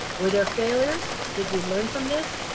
were their failures? did we learn from this?